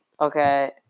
Okay